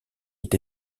est